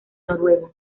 noruego